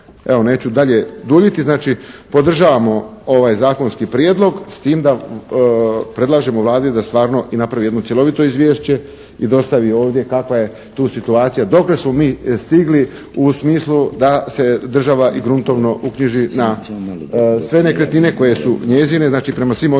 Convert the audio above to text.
evo neću dalje duljiti. Znači, podržavamo ovaj Zakonski prijedlog s tim da predlažemo Vladi da stvarno i napravi jedno cjelovito izvješće i dostavi ovdje kakva je tu situacija, dokle smo mi stigli u smislu da se država i gruntovno uknjiži na sve nekretnine koje su njezine. Znači, prema svim ovim